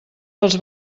dels